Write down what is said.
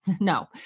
No